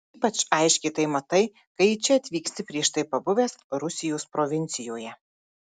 ypač aiškiai tai matai kai į čia atvyksti prieš tai pabuvęs rusijos provincijoje